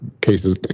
cases